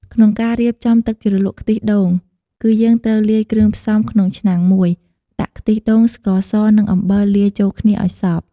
ក្នុងការរៀបចំទឹកជ្រលក់ខ្ទិះដូង គឺយើងត្រូវលាយគ្រឿងផ្សំ ក្នុងឆ្នាំងមួយ ដាក់ខ្ទិះដូង ស្ករស និងអំបិលលាយចូលគ្នាឱ្យសព្វ។